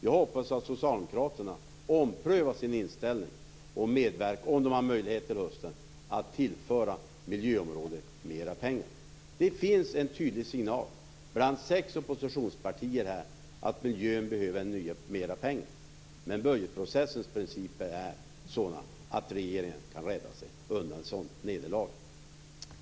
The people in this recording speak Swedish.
Jag hoppas att socialdemokraterna omprövar sin inställning och, om de har möjlighet till hösten, medverkar till att tillföra miljöområdet mer pengar. Det finns en tydlig signal bland sex oppositionspartier om att miljön behöver mer pengar. Men budgetprocessens principer är sådana att regeringen kan rädda sig undan ett sådant nederlag.